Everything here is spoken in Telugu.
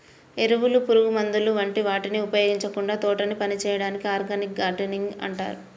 ఎరువులు, పురుగుమందుల వంటి వాటిని ఉపయోగించకుండా తోటపని చేయడాన్ని ఆర్గానిక్ గార్డెనింగ్ అంటారు